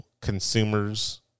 consumers